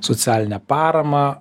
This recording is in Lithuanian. socialinę paramą